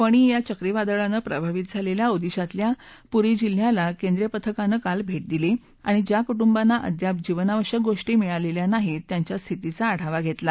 फणी या चक्रीवादळानं प्रभावित झालेल्या ओदिशातल्या पुरी जिल्ह्याला केंद्रीय पथकानं काल भेट दिली आणि ज्या कुटुंबांना अद्याप जीवनावश्यक गोष्टी मिळालेल्या नाहीत त्यांच्या स्थितीचा आढावा घेतला